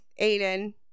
Aiden